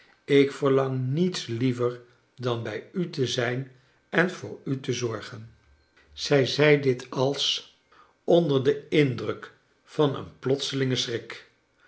ik veriang niets liever dan rjij u te zijn en voor u te zorgen zij zei dit als onder den indruk van een plotselingen schrik